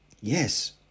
Yes